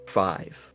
five